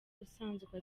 usanzwe